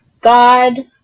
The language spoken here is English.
God